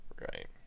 Right